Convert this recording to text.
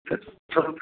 छ छः रुपये